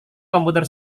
komputer